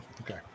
Okay